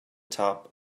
top